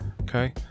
Okay